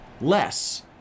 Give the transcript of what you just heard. less